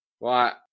Right